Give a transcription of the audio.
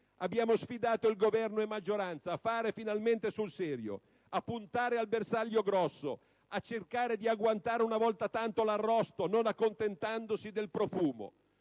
abbiamo sfidato il Governo e la maggioranza a fare finalmente sul serio, a puntare al bersaglio grosso, a cercare di agguantare una volta tanto l'arrosto, non accontentandosi del profumo.